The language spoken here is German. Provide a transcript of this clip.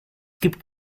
gibt